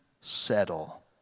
settle